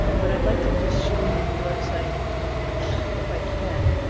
but i'd like to just show you the website if i can.